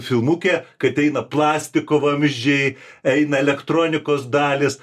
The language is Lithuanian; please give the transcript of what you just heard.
filmuke kai ateina plastiko vamzdžiai eina elektronikos dalys